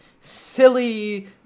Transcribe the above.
silly